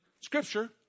Scripture